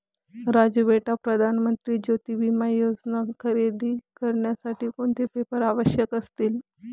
राजू बेटा प्रधान मंत्री ज्योती विमा योजना खरेदी करण्यासाठी कोणते पेपर आवश्यक असतील?